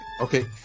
Okay